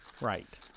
Right